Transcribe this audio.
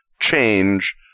change